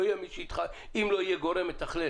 לא יהיה מי שידחוף אם לא יהיה גורם מתכלל